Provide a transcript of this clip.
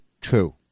True